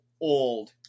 old